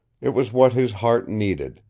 it was what his heart needed,